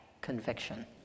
conviction